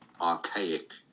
archaic